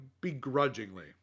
begrudgingly